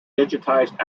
digitized